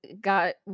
got –